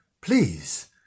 Please